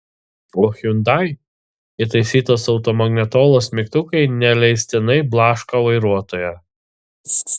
o hyundai įtaisytos automagnetolos mygtukai neleistinai blaško vairuotoją